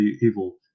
evil